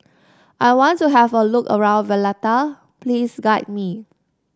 I want to have a look around Valletta please guide me